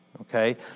Okay